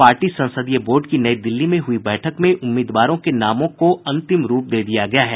party संसदीय board की नई दिल्ली में हुई बैठक में उम्मीदवारों के नामों को अंतिम रूप दे दिया गया है